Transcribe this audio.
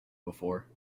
before